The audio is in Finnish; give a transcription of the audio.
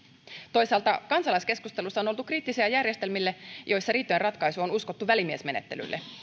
toisaalta kansalaiskeskustelussa on oltu kriittisiä järjestelmille joissa riitojenratkaisu on uskottu välimiesmenettelylle